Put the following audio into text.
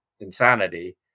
insanity